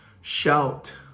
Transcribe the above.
Shout